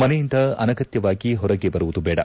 ಮನೆಯಿಂದ ಅನಗತ್ತವಾಗಿ ಹೊರಗೆ ಬರುವುದು ಬೇಡ